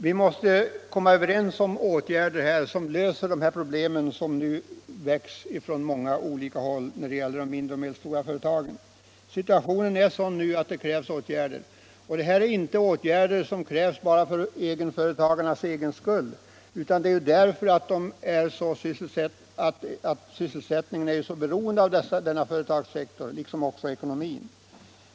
Vi måste komma överens om åtgärder för att lösa de problem som aktualiseras ifrån många olika håll när det gäller de mindre och medelstora företagen. Situationen är nu sådan att det krävs åtgärder — inte bara för företagarnas egen skull utan därför att sysselsättningen, liksom också ekonomin, är så starkt beroende av denna företagssektor.